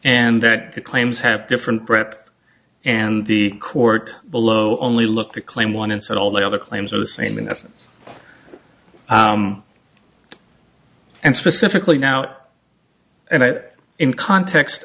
and that the claims have different prep and the court below only look to claim one and said all the other claims are the same in essence and specifically now and i in context